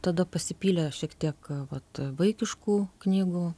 tada pasipylė šiek tiek vat vaikiškų knygų